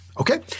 okay